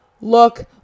look